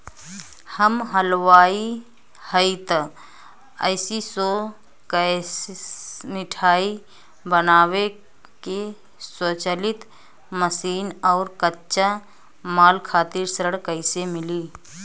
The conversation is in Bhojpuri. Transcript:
हम हलुवाई हईं त ए.सी शो कैशमिठाई बनावे के स्वचालित मशीन और कच्चा माल खातिर ऋण कइसे मिली?